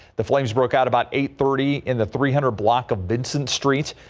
the flames broke out about eight thirty in the three hundred block of vincent street.